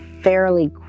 fairly